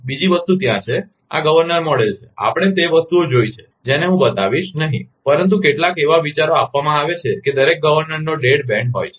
બીજી વસ્તુ ત્યાં છે આ ગવર્નર મોડેલ છે આપણે તે વસ્તુઓ જોઈ છે જેને હું બતાવીશકવર નહીં પરંતુ કેટલાક એવા વિચારો આપવામાં આવે છે કે દરેક ગવર્નર નો ડેડ બેન્ડ હોય છે